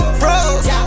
froze